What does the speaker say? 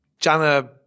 Jana